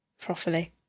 properly